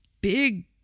big